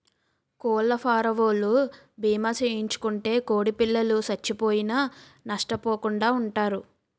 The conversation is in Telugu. కోళ్లఫారవోలు భీమా చేయించుకుంటే కోడిపిల్లలు సచ్చిపోయినా నష్టపోకుండా వుంటారు